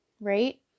right